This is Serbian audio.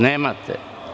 Nemate.